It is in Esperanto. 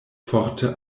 forte